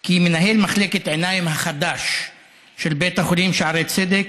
כי מנהל מחלקת עיניים החדש של בית החולים שערי צדק,